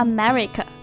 America